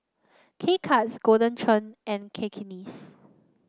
K Cuts Golden Churn and Cakenis